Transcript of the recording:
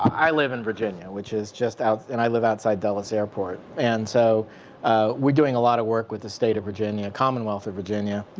i live in virginia. which is just out, and i live outside dulles airport. and so we're doing a lot of work with the state of virginia, commonwealth of virginia.